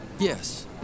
yes